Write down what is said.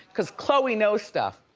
cause chloe knows stuff.